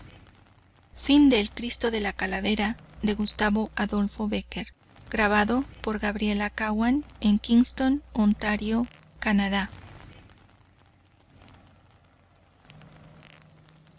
india de gustavo adolfo bécquer el